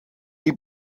die